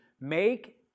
make